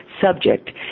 subject